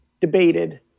debated